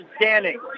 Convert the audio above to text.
standing